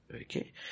Okay